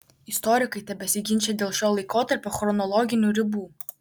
istorikai tebesiginčija dėl šio laikotarpio chronologinių ribų